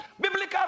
Biblical